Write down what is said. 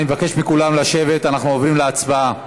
אני מבקש מכולם לשבת, אנחנו עוברים להצבעה.